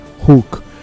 hook